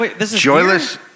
joyless